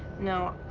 no.